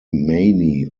mani